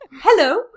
hello